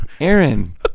Aaron